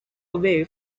away